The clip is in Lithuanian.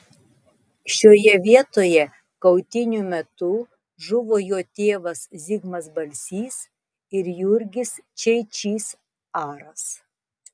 šioje vietoje kautynių metu žuvo jo tėvas zigmas balsys ir jurgis čeičys aras